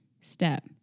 step